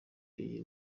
iyi